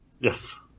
Yes